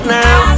now